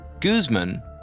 Guzman